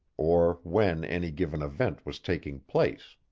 or when any given event was taking place.